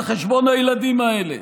על חשבון הילדים האלה.